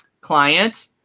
client